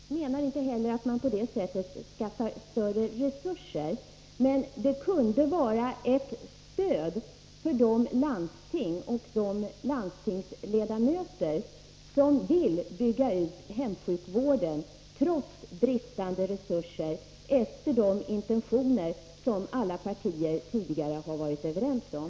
Fru talman! Jag menar inte heller att man på det sättet skaffar större resurser. Det kunde emellertid vara ett stöd för de landsting och de landstingsledamöter som, trots bristande resurser, vill bygga ut hemsjukvården i enlighet med de intentioner som alla partier tidigare har varit överens om.